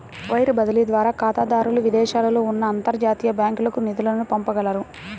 wire బదిలీ ద్వారా ఖాతాదారులు విదేశాలలో ఉన్న అంతర్జాతీయ బ్యాంకులకు నిధులను పంపగలరు